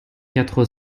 quatre